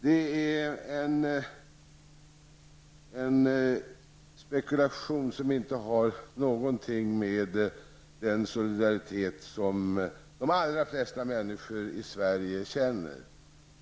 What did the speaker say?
Detta är en spekulation som inte har någonting att göra med den solidaritet som de allra flesta människor i Sverige känner.